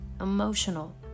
emotional